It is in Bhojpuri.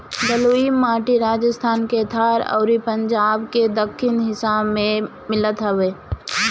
बलुई माटी राजस्थान के थार अउरी पंजाब के दक्खिन हिस्सा में मिलत हवे